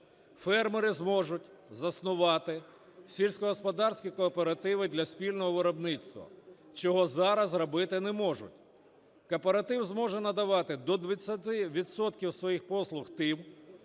Фермери зможуть заснувати сільськогосподарські кооперативи для спільного виробництва, чого зараз робити не можуть. Кооператив зможе надавати до 20 відсотків своїх послуг тим,